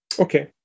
Okay